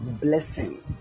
blessing